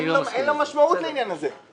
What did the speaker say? אין לו משמעות לעניין הזה.